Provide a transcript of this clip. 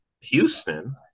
Houston